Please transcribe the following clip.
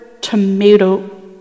tomato